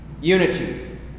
unity